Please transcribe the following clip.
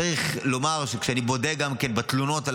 צריך לומר שכשאני בודק את התלונות על